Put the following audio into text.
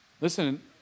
Listen